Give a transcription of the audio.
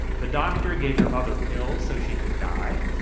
the doctor gave your mother pills so she could die?